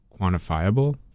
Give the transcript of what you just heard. quantifiable